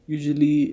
Usually